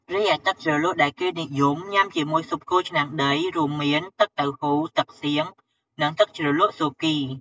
រីឯទឹកជ្រលក់ដែលគេនិយមញុំាជាមួយស៊ុបគោឆ្នាំងដីរួមមាន ទឹកតៅហ៊ូ ទឹកសៀង និងទឹកជ្រលក់ស៊ូគី។